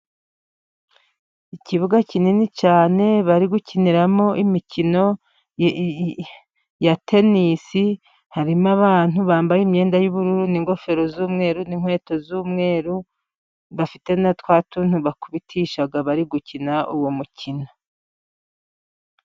Ikibuga kinini cyane bari gukiniramo imikino ya tenisi, harimo abantu bambaye imyenda y'ubururu n'ingofero z'umweru, n'inkweto z'umweru, bafite na twa tuntu bakubitisha bari gukina uwo mukino.